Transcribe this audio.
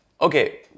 Okay